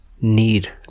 need